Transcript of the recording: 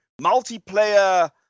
multiplayer